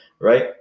right